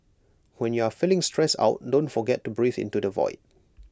when you are feeling stressed out don't forget to breathe into the void